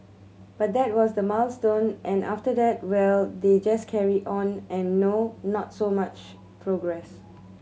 but that was the milestone and after that well they just carry on and no not so much progress